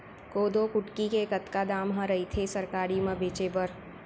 कोदो कुटकी के कतका दाम ह रइथे सरकारी म बेचे बर?